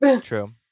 true